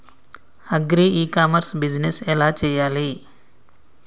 Agri e commerce business ఎలా చెయ్యాలి?